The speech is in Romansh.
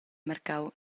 marcau